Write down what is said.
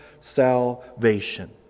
salvation